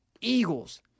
Eagles